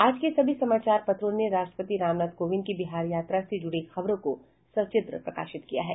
आज के सभी समाचार पत्रों ने राष्ट्रपति रामनाथ कोविंद की बिहार यात्रा से जुड़ी खबरों को सचित्र प्रकाशित किया है